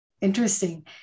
Interesting